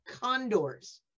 condors